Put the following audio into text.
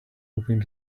hoping